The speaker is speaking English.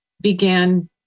began